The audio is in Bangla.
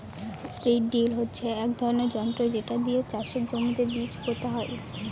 সীড ড্রিল হচ্ছে এক ধরনের যন্ত্র যেটা দিয়ে চাষের জমিতে বীজ পোতা হয়